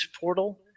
portal